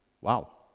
Wow